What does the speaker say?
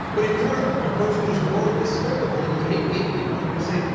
but if you're a ah person who's morally despicable, and you hate gay people and you say,